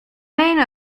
meno